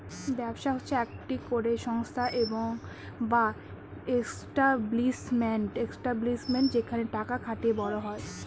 ব্যবসা হচ্ছে একটি করে সংস্থা বা এস্টাব্লিশমেন্ট যেখানে টাকা খাটিয়ে বড় হয়